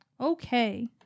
Okay